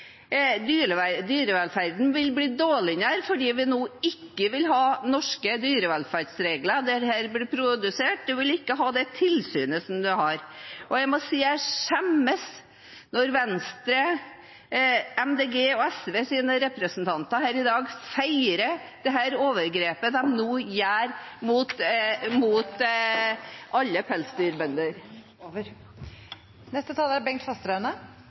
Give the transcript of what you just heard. utvidelse. Dyrevelferden vil bli dårligere fordi vi nå ikke vil ha norske dyrevelferdsregler der det blir produsert, og en vil ikke ha det tilsynet som vi har. Jeg må si jeg skjemmes når Venstre, Miljøpartiet De Grønne og SVs representanter her i dag feirer dette overgrepet de nå gjør mot alle pelsdyrbønder. I denne saken er